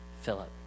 Philip